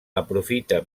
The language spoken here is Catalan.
aprofita